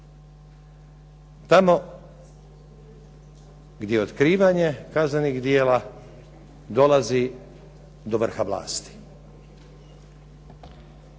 Tamo gdje otkrivanje kaznenih djela dolazi do vrha vlasti.